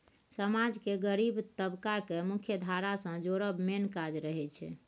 समाज केर गरीब तबका केँ मुख्यधारा सँ जोड़ब मेन काज रहय छै